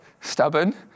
stubborn